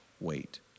wait